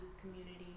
community